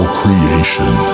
creation